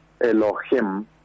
Elohim